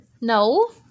No